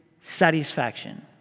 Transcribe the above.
satisfaction